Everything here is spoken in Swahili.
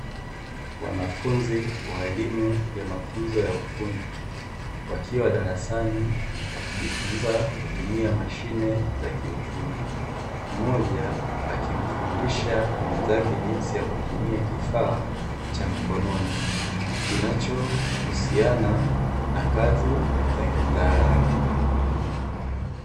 Wanafunzi wa elimu ya mafunzo ya ufundi wakiwa darasani wakijifunza kutumia mashine za kiufundi, mmoja akimfundisha mwenzake jinsi ya kutumia kifaa cha mkononi kinachohusiana na kazi za kitaalamu.